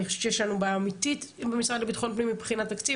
אני חושבת שיש לנו בעיה אמיתית עם המשרד לביטחון פנים מבחינת תקציב.